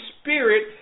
Spirit